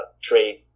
trade